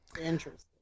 Interesting